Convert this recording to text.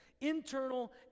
internal